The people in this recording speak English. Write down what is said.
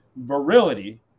virility